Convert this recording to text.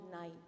night